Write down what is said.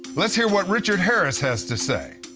let's hear what richard harris has to say.